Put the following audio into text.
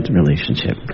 relationship